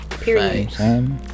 Period